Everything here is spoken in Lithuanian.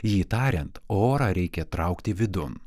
jį tariant orą reikia traukti vidun